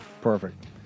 perfect